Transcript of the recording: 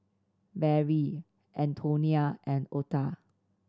Barrie Antonia and Ota